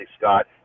scott